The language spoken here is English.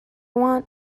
want